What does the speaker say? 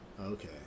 Okay